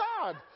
God